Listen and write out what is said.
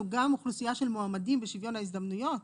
גם אוכלוסייה של מועמדים בשוויון ההזדמנויות,